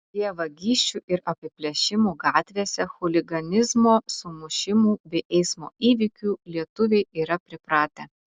prie vagysčių ir apiplėšimų gatvėse chuliganizmo sumušimų bei eismo įvykių lietuviai yra pripratę